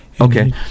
Okay